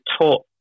taught